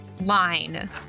line